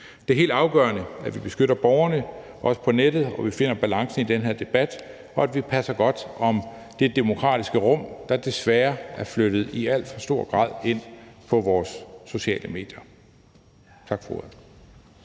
Det er helt afgørende, at vi beskytter borgerne, også på nettet, at vi finder balancen i den her debat, og at vi passer godt på det demokratiske rum, der desværre i alt for stor grad er flyttet ind på vores sociale medier. Tak for